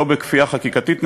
לא בכפייה חקיקתית ננצח,